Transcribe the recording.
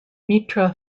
mitra